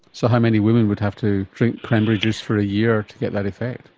so how many women would have to drink cranberry juice for a year to get that effect?